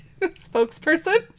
Spokesperson